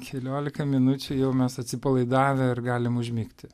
keliolika minučių jau mes atsipalaidavę ir galim užmigti